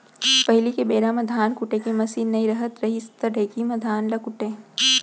पहिली के बेरा म धान कुटे के मसीन नइ रहत रहिस त ढेंकी म धान ल कूटयँ